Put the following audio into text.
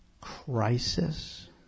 crisis